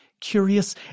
curious